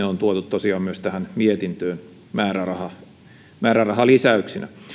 on tuotu tosiaan myös tähän mietintöön määrärahalisäyksinä